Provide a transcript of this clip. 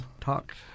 talk